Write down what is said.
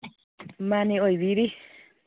ꯃꯥꯟꯅꯤ ꯑꯣꯏꯕꯤꯔꯤ